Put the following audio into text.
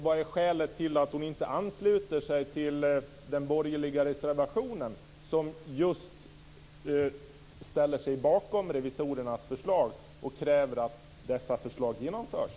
Vad är skälet till att hon inte ansluter sig till den borgerliga reservationen, som just ställer sig bakom revisorernas förslag och kräver att dessa genomförs?